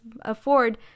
afford